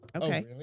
Okay